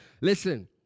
Listen